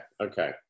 Okay